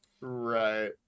Right